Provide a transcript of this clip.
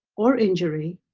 or injury.